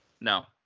No